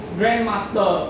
grandmaster